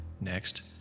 Next